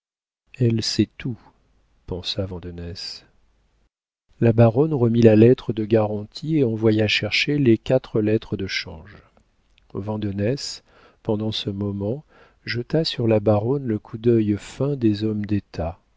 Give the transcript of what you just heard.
elle sait tout pensa vandenesse la baronne remit la lettre de garantie et envoya chercher les quatre lettres de change vandenesse pendant ce moment jeta sur la baronne le coup d'œil fin des hommes d'état